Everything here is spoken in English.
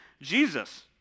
Jesus